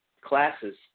classes